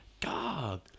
God